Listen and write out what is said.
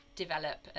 develop